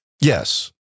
Yes